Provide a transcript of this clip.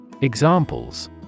Examples